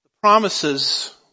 promises